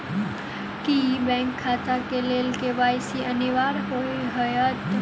की bank खाता केँ लेल के.वाई.सी अनिवार्य होइ हएत?